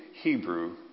Hebrew